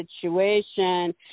situation